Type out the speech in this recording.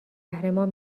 قهرمان